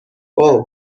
اوه